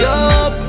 up